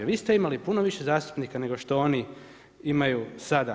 Vi ste imali puno više zastupnika nego što oni imaju sada.